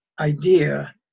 idea